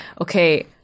okay